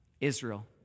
Israel